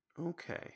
Okay